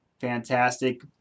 fantastic